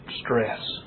stress